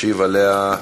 ישיב עליה,